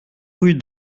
rue